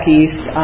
east